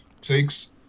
takes